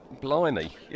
Blimey